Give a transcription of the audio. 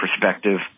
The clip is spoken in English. perspective